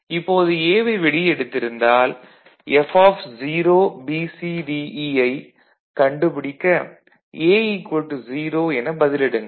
இப்போது A வை வெளியே எடுத்திருந்தால் F0BCDE ஐக் கண்டுபிடிக்க A 0 எனப் பதிலிடுங்கள்